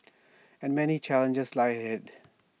and many challenges lie ahead